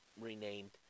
renamed